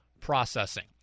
processing